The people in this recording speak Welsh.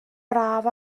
braf